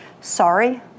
Sorry